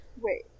Wait